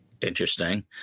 Interesting